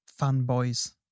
fanboys